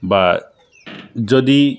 বা যদি